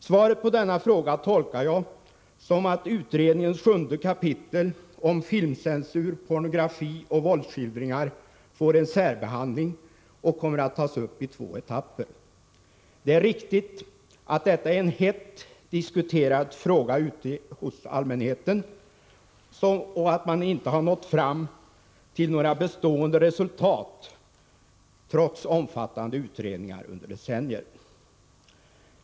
Svaret på denna fråga tolkar jag som att utredningens sjunde kapitel om filmcensur, pornografi och våldsskildringar får en särbehandling och kommer att tas upp i två etapper. Det är riktigt att detta är en hett diskuterad fråga bland allmänheten och att man inte har nått fram till några bestående resultat trots omfattande utredningar under decennier.